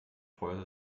teure